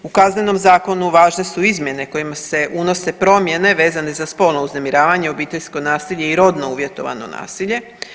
U Kaznenom zakonu važne su izmjene kojima se unose promjene vezane za spolno uznemiravanje, obiteljsko nasilje i rodno uvjetovanje nasilje.